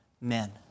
men